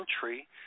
country